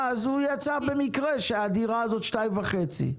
יצא במקרה שהדירה הזאת שווה 2.5 מיליון.